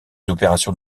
opérations